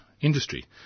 industry